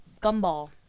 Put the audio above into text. Gumball